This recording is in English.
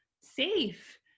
safe